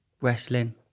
wrestling